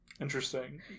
Interesting